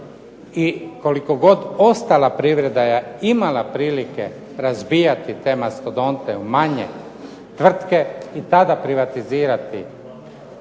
i koliko god ostala privreda je imala prilike razbijati te mastodonte u manje tvrtke i tada privatizirati